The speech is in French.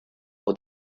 pour